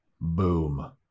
Boom